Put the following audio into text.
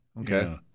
Okay